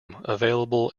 available